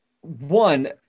One